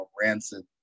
Rancid